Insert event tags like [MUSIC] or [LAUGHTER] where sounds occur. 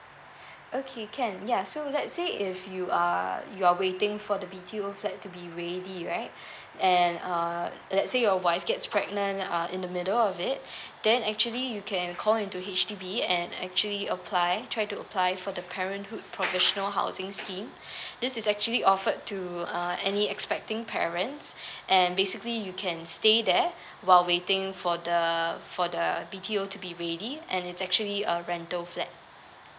okay can ya so let's say if you are you are waiting for the B_T_O flat to be ready right and uh let's say your wife gets pregnant uh in the middle of it [BREATH] then actually you can call into H_D_B and actually apply try to apply for the parenthood professional housing scheme [BREATH] this is actually offered to uh any expecting parents and basically you can stay there while waiting for the for the B_T_O to be ready and it's actually a rental flat